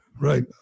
Right